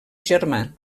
germà